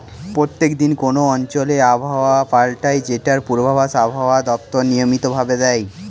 প্রত্যেক দিন কোন অঞ্চলে আবহাওয়া পাল্টায় যেটার পূর্বাভাস আবহাওয়া দপ্তর নিয়মিত ভাবে দেয়